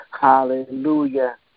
Hallelujah